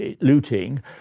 looting